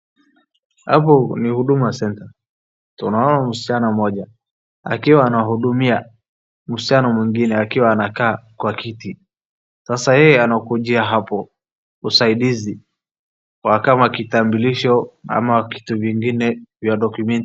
Hapo ni Huduma center. Tunaona msichana mmoja akiwa anahudumia msichana mwingine akiwa anakaa kwa kiti. Sasa yeye anangojea hapo uasaidizi wa kama kitambulisho ama kitu vingine vya document .